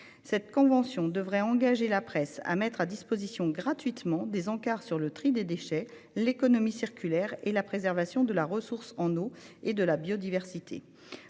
Cette convention devrait engager la presse à mettre à disposition gratuitement des encarts sur le tri des déchets, l'économie circulaire et la préservation de la ressource en eau et de la biodiversité,